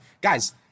guys